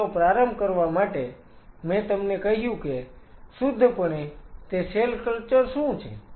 તેનો પ્રારંભ કરવા માટે મેં તમને કહ્યું કે શુદ્ધપણે તે સેલ કલ્ચર શું છે